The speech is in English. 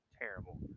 terrible